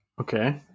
Okay